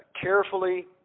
carefully